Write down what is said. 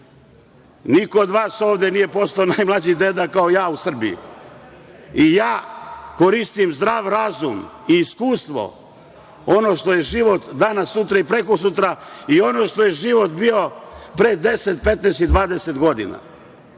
Niko od vas ovde nije postao najmlađi deda, kao ja, u Srbiji. Ja koristim zdrav razum i iskustvo, ono što je život danas, sutra i prekosutra i ono što je život bio pre 10, 15 i 20 godina.